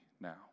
now